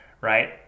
Right